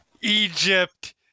Egypt